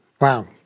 Wow